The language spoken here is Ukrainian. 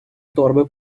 торби